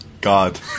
god